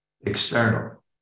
external